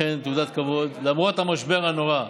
אכן תעודת כבוד, למרות המשבר הנורא,